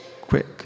quick